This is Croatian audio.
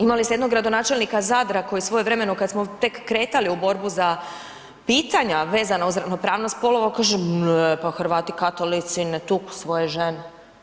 Imali ste jednog gradonačelnika Zadra koji svojevremeno kad smo tek kretali u borbu za pitanja vezana uz ravnopravnost spolova kaže, ne, pa Hrvati katolici ne tuku svoje žene.